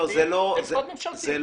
זה משרד ממשלתי.